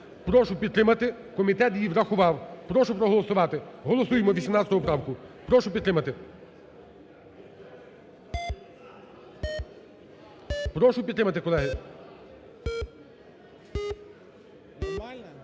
Прошу підтримати. Комітет її врахував. Прошу проголосувати. Голосуємо 18-у поправку. Прошу підтримати. Прошу підтримати, колеги. 16:50:24